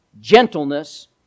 gentleness